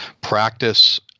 practice